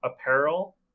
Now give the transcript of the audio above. apparel